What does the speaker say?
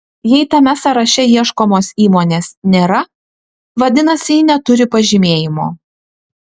jei tame sąraše ieškomos įmonės nėra vadinasi ji neturi pažymėjimo